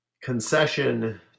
concession